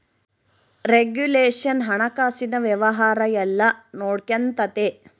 regulation ಹಣಕಾಸಿನ ವ್ಯವಹಾರ ಎಲ್ಲ ನೊಡ್ಕೆಂತತೆ